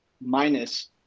minus –